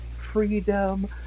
freedom